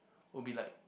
will be like